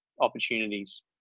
opportunities